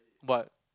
what